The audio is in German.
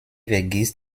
vergisst